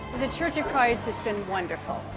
the church of christ has been wonderful,